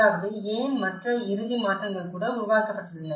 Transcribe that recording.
அதாவது ஏன் மற்ற இறுதி மாற்றங்கள் கூட உருவாக்கப்பட்டுள்ளன